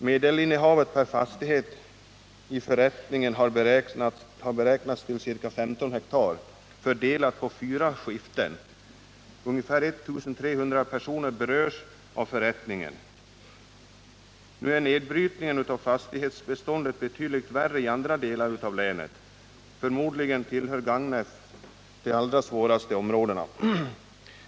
Medelinnehavet per fastighet i förrättningen har beräknats till ca 15 hektar fördelat på fyra skiften. Ungefär 1300 personer berörs av förrättningen. Nu är nedbrytningen av fastighetsbeståndet betydligt värre i andra delar av länet. Förmodligen tillhör Gagnef de områden där det är allra svårast.